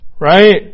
Right